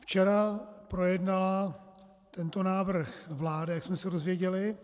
Včera projednala tento návrh vláda, jak jsme se dozvěděli.